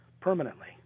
permanently